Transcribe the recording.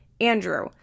Andrew